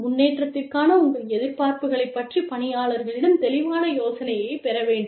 முன்னேற்றத்திற்கான உங்கள் எதிர்பார்ப்புகளைப் பற்றி பணியாளர்களிடம் தெளிவான யோசனையைப் பெற வேண்டும்